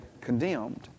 condemned